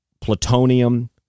plutonium